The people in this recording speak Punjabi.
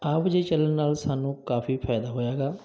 ਆਵਾਜਾਈ ਚੱਲਣ ਨਾਲ ਸਾਨੂੰ ਕਾਫੀ ਫਾਇਦਾ ਹੋਇਆ ਹੈਗਾ